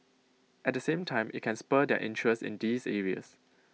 at the same time IT can spur their interest in these areas